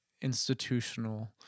institutional